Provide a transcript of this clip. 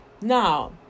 Now